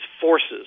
forces